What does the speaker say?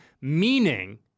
meaning